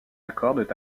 accordent